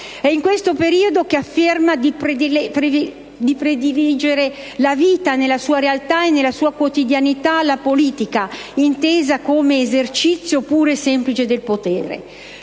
È in questo periodo che afferma di prediligere la vita nella sua realtà e nella sua quotidianità alla politica, intesa come esercizio puro e semplice del potere.